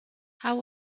how